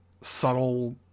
subtle